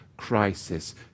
Crisis